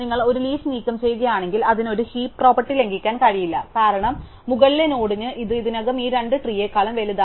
നിങ്ങൾ ഒരു ലീഫ് നീക്കം ചെയ്യുകയാണെങ്കിൽ അതിന് ഒരു ഹീപ് പ്രോപ്പർട്ടി ലംഘിക്കാൻ കഴിയില്ല കാരണം മുകളിലെ നോഡിന് ഇത് ഇതിനകം ഈ രണ്ട് ട്രീയേക്കാളും വലുതാണ്